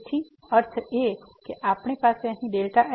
તેથી f જે સંકેત છે અને અહીં લીમીટ જો તમે ગણશો તો તે Δ x → 0 Δ x નેગેટિવ છે